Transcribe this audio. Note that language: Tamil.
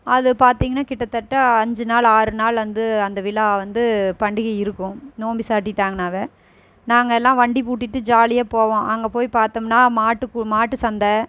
அது பார்த்தீங்கன்னா கிட்டத்தட்ட அஞ்சு நாள் ஆறு நாள் வந்து அந்த விழா வந்து பண்டிகை இருக்கும் நோம்பு சாட்டிட்டாங்கனாவே நாங்கெல்லாம் வண்டி பூட்டிட்டு ஜாலியாக போவோம் அங்கே போய் பார்த்தோம்னா மாட்டுப் மாட்டு சந்தை